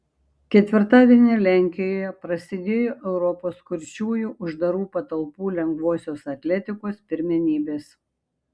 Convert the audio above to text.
ketvirtadienį lenkijoje prasidėjo europos kurčiųjų uždarų patalpų lengvosios atletikos pirmenybės